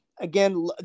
again